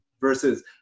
versus